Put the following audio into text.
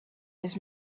his